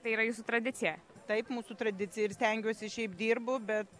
tai yra jūsų tradicija taip mūsų tradicija ir stengiuosi šiaip dirbu bet